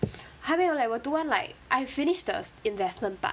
还没有 leh 我读完 like I finished the investment part